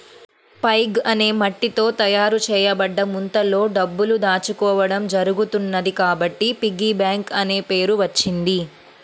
pig అనే మట్టితో తయారు చేయబడ్డ ముంతలో డబ్బులు దాచుకోవడం జరుగుతున్నది కాబట్టి పిగ్గీ బ్యాంక్ అనే పేరు వచ్చింది